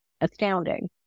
astounding